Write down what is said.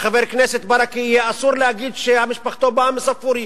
לחבר הכנסת ברכה יהיה אסור להגיד שמשפחתו באה מספוריא,